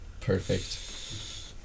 perfect